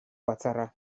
batzarra